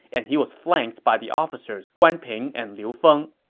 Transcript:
and he was flanked by the officers guan ping and liu feng.